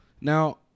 Now